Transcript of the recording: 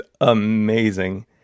amazing